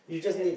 true that